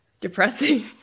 depressing